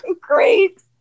great